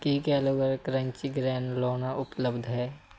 ਕੀ Kellogg's crunchy granola ਉਪਲੱਬਧ ਹੈ